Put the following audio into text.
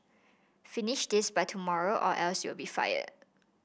finish this by tomorrow or else you'll be fired